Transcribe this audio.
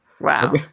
wow